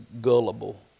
gullible